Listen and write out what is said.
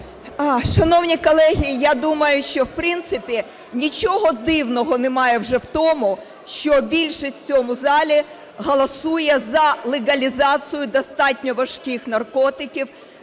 Шановні колеги, я думаю, що в принципі нічого дивного немає вже в тому, що більшість в цьому залі голосує за легалізацію достатньо важких наркотиків.